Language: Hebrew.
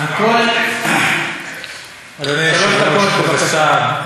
שלוש דקות לרשותך.